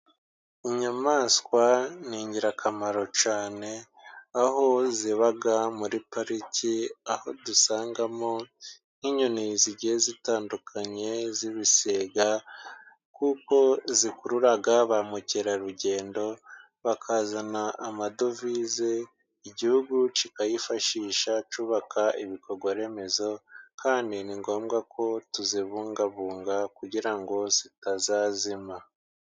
Inyamaswa ni ingirakamaro cyane, aho ziba muri pariki, aho dusangamo nk'inyoni zigiye zitandukanye z'ibisiga. Kuko zikurura ba mukerarugendo bakazana amadovize, igihugu kikayifashisha cyubaka ibikorwa remezo, kandi ni ngombwa ko tuzibungabunga kugira ngo zitazazima.